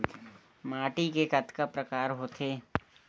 माटी के कतका प्रकार होथे?